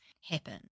happen